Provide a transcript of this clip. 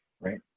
Right